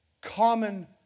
common